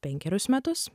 penkerius metus